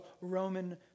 Roman